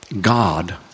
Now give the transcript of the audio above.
God